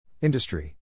Industry